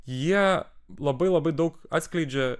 jie labai labai daug atskleidžia